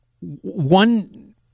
one